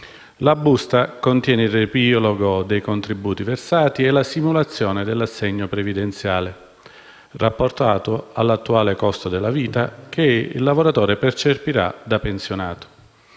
La busta contiene il riepilogo dei contributi versati e la simulazione dell'assegno previdenziale rapportato all'attuale costo della vita che il lavoratore percepirà da pensionato.